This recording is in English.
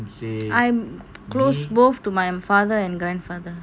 I'm close both to my father and grandfather